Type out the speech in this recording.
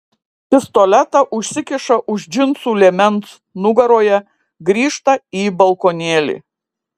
pistoletą užsikiša už džinsų liemens nugaroje grįžta į balkonėlį